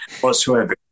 whatsoever